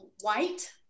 white